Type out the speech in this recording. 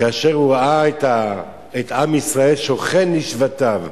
כאשר ראה את עם ישראל שוכן לשבטיו,